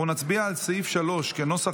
אנחנו נצביע על סעיף 3 כנוסח